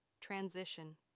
Transition